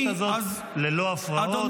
עשית זאת ללא הפרעות.